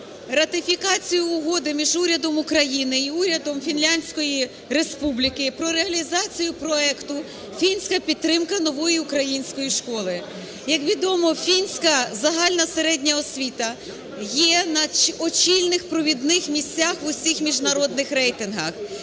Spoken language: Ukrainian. ратифікацію Угоди між Урядом України і Урядом Фінляндської Республіки про реалізацію проекту "Фінська підтримка нової української школи". Як відомо, фінська загально-середня освіта є на чільних провідних місцях в усіх міжнародних рейтингах.